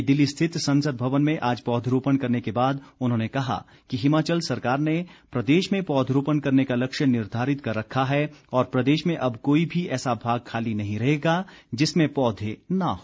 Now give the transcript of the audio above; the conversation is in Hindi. नई दिल्ली स्थित संसद भवन आज पौधरोपण करने के बाद उन्होंने कहा कि हिमाचल सरकार ने प्रदेश में पौधरोपण करने का लक्ष्य निर्धारित कर रखा है और प्रदेश में अब कोई भी ऐसा भाग खाली नहीं रहेगा जिसमें पौधे ना हो